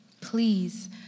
Please